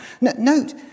Note